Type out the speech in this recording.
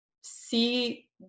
see